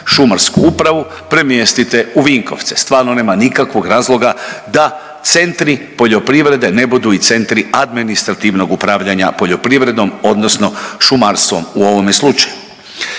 šumarsku upravu premjestite u Vinkovce. Stvarno nema nikakvog razloga da centri poljoprivrede ne budu i centri administrativnog upravljanja poljoprivrednom odnosno šumarstvom u ovome slučaju.